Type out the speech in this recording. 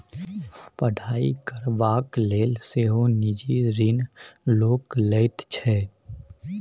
पढ़ाई करबाक लेल सेहो निजी ऋण लोक लैत छै